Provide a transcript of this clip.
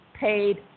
paid